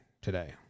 today